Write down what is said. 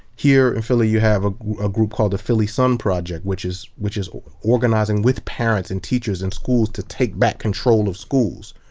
here in philly you have a ah group called the philly sun project, which is which is organizing with parents and teachers and schools to take back control of schools.